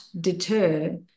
deter